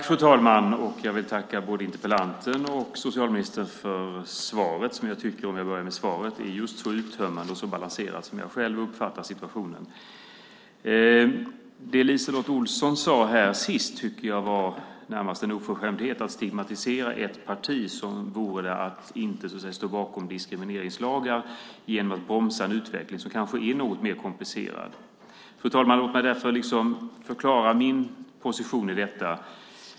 Fru talman! Jag vill tacka både interpellanten och sedan socialministern för svaret. Svaret är just så uttömmande och balanserat som jag själv uppfattar situationen. Det LiseLotte Olsson sade sist tycker jag närmast var en oförskämdhet. Hon stigmatiserar ett parti som vore det ett parti som inte står bakom diskrimineringslagar genom att bromsa en utveckling som kanske är något mer komplicerad. Fru talman! Låt mig därför förklara min position i detta.